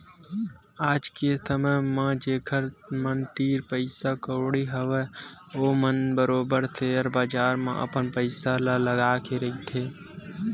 आज के समे म जेखर मन तीर पइसा कउड़ी हवय ओमन ह बरोबर सेयर बजार म अपन पइसा ल लगा के रखथे